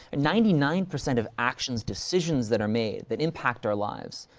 ninety nine percent of actions, decisions that are made, that impact our lives,